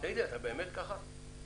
--- אני לא מתווכח.